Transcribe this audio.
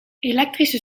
elektrische